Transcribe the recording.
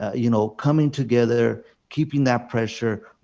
you know, coming together, keeping that pressure,